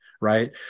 Right